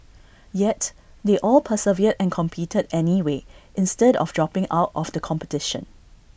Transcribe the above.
yet they all persevered and competed anyway instead of dropping out of the competition